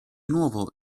nuovo